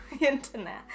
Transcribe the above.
internet